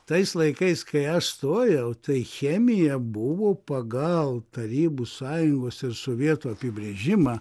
tais laikais kai aš stojau tai chemija buvo pagal tarybų sąjungos ir sovietų apibrėžimą